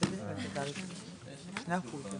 אני